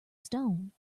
stone